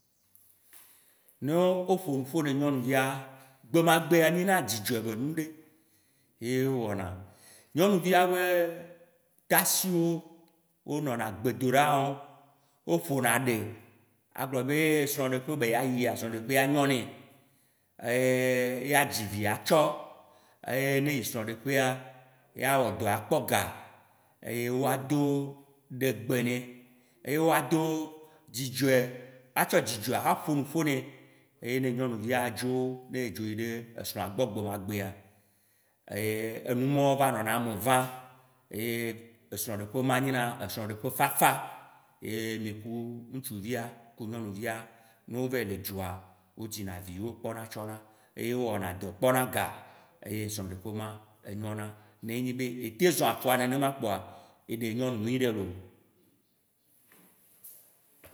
Ne wo ƒo nuƒo ne nyɔnuvia, gbemagbea nyina dzidzɔe be nu ɖe ye wo wɔna. Nyɔnuvia be tashiwo wo nɔna gbedoɖa wɔm aƒoɖe agblɔ be srɔ̃ɖeƒe be dza yia, srɔ̃ɖeƒea anyonɛ, ya dzivi atsɔ, eye ne eyi srɔ̃ɖeƒea, ye awɔdɔ akpɔ ga, ye woado ɖegbe nɛ, eye woado dzidzɔ atsɔ dzidzɔe axɔ ƒo nuƒo nɛ. Eye ne nyɔnuvia dzo, ne dzo yi ɖe esrɔ̃a gbɔ gbemagbea, enumɔwo va nɔna eme vam eye esrɔ̃ɖeƒe ma nyena srɔ̃ɖeƒe fafa. Ye mì ku ŋtsuvia ku nyɔnuvia ne wo va yi le dzua, wo dzinavi wo kpɔna tsɔna, eye wo wɔna dɔ kpɔna ga, eye srɔɖeƒe ma anyona ne nye be atem zɔa afɔa nenema kpoa eɖe nyɔnu nyuiɖe loo.